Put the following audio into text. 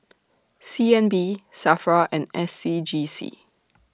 C N B SAFRA and S C G C